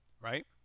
right